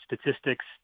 statistics